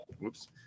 whoops